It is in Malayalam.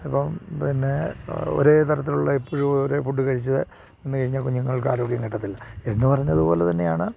അത് ഇപ്പം പിന്നെ ഒരേ തരത്തിലുള്ള ഇപ്പോഴും ഒരേ ഫുഡ് കഴിച്ചു നിന്നു കഴിഞ്ഞാൽ കുഞ്ഞുങ്ങൾക്ക് ആരോഗ്യം കിട്ടത്തില്ല എന്നു പറഞ്ഞതു പോലെ തന്നെയാണ്